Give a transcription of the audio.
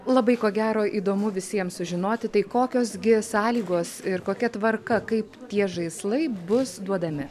labai ko gero įdomu visiems sužinoti tai kokios gi sąlygos ir kokia tvarka kaip tie žaislai bus duodami